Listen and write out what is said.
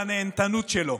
לנהנתנות שלו.